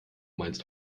meinst